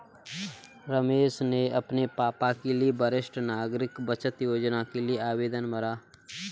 रमेश ने अपने पापा के लिए वरिष्ठ नागरिक बचत योजना के लिए आवेदन भरा